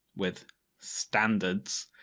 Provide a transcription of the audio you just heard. with standards.